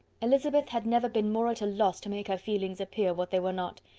elizabeth had never been more at a loss to make her feelings appear what they were not.